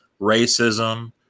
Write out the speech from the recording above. racism